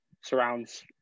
surrounds